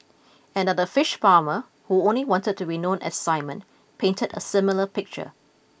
another fish farmer who only wanted to be known as Simon painted a similar picture